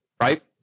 right